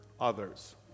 others